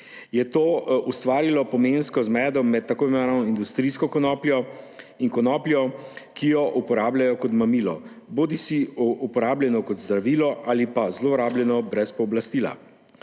je to ustvarilo pomensko zmedo med tako imenovano industrijsko konopljo in konopljo, ki jo uporabljajo kot mamilo, bodisi uporabljeno kot zdravilo ali pa zlorabljeno brez pooblastila.